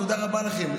תודה רבה לכם,